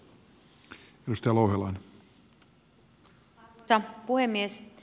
arvoisa puhemies